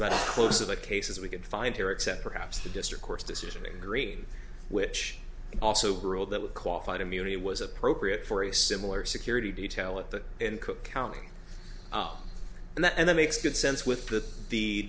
about as close of a case as we could find here except perhaps the district court's decision in green which also ruled that what qualified immunity was appropriate for a similar security detail at the in cook county and that and that makes good sense with that the